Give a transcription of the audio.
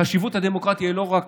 חשיבות הדמוקרטיה היא לא רק